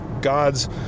God's